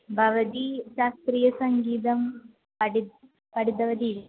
भवती शास्त्रीयसङ्गीतं पठिता पठितवती